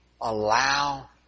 allow